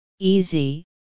easy